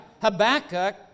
Habakkuk